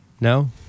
no